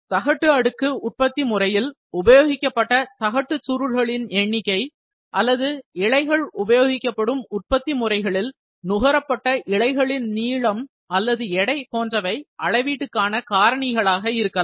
தகட்டு அடுக்கு உற்பத்தி முறையில் உபயோகிக்கப்பட்ட தகட்டு சுருள்களின் எண்ணிக்கை அல்லது இழைகள் உபயோகிக்கப்படும் உற்பத்தி முறைகளில் நுகரப்பட்ட இழைகளின் நீளம் அல்லது எடை போன்றவை அளவீட்டுக்கான காரணிகளாக எடுத்துக்கொள்ளலாம்